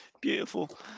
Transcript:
Beautiful